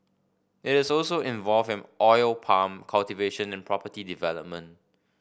it is also involved in oil palm cultivation and property development